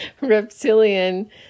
reptilian